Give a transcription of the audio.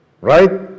right